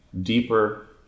deeper